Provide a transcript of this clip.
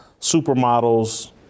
supermodels